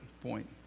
point